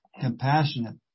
compassionate